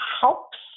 helps